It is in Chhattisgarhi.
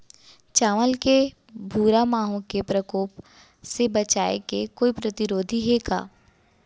चांवल के भूरा माहो के प्रकोप से बचाये के कोई प्रतिरोधी हे का?